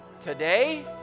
Today